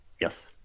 Yes